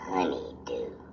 Honeydew